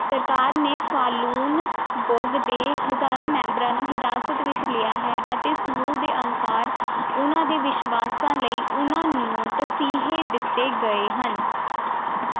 ਸਰਕਾਰ ਨੇ Falun Gong ਦੇ ਹਜ਼ਾਰਾਂ ਮੈਂਬਰਾਂ ਨੂੰ ਹਿਰਾਸਤ ਵਿੱਚ ਲਿਆ ਹੈ ਅਤੇ ਸਮੂਹ ਦੇ ਅਨੁਸਾਰ ਉਹਨਾਂ ਦੇ ਵਿਸ਼ਵਾਸਾਂ ਲਈ ਉਹਨਾਂ ਨੂੰ ਤਸੀਹੇ ਦਿੱਤੇ ਗਏ ਹਨ